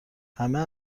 همه